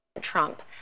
trump